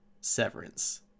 Severance